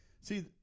see